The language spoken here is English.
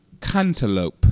Cantaloupe